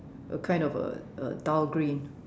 a kind of a a dull green